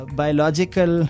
biological